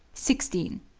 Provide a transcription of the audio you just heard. sixteen.